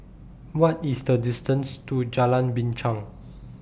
What IS The distance to Jalan Binchang